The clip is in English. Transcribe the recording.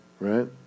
right